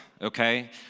okay